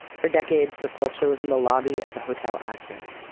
for decades the sculpture was in the lobby of the hotel astor.